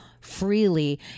freely